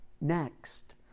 next